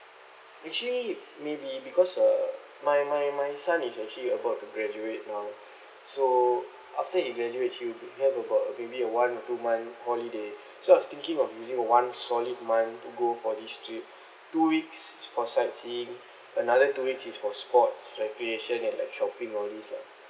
actually maybe because uh my my my son is actually about to graduate now so after he graduate he will have about maybe a one or two month holiday so I was thinking of using of one solid month to go for this trip two weeks for sightseeing another two weeks is for sports recreation and like shopping all this lah